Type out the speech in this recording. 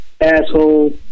asshole